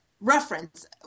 reference